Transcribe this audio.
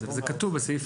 זה כתוב בסעיף הבא.